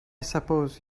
suppose